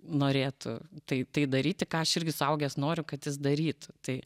norėtų tai tai daryti ką aš irgi suaugęs noriu kad jis darytų tai